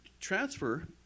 transfer